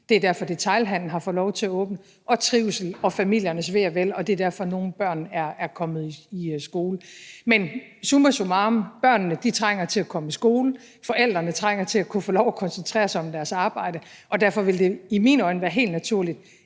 det er derfor, at detailhandelen har fået lov til at åbne, og trivsel og familiernes ve og vel. Det er derfor, at nogle børn er kommet i skole. Men summa summarum: Børnene trænger til at komme i skole, forældrene trænger til at kunne få lov til at koncentrere sig om deres arbejde, og derfor vil det i mine øjne være helt naturligt,